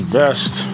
best